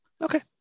Okay